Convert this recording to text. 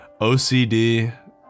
OCD